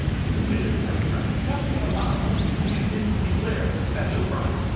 you committed a perfect crime. you got paid a lot of money, which you didn't declare. that's your crime.